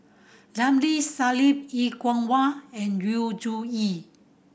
Ramli Sarip Er Kwong Wah and Yu Zhuye